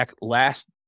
last